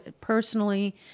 personally